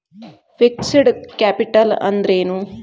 Fixed capital ಅಂದ್ರೇನು?